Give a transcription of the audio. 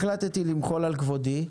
החלטתי למחול על כבודי,